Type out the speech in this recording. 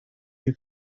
your